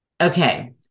Okay